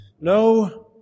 No